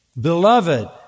Beloved